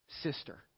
sister